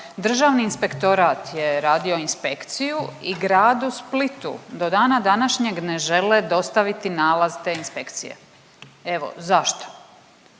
Državni inspektorat je radio inspekciju i gradu Splitu do dana današnjeg ne žele dostaviti nalaz te inspekcije. Evo zašto?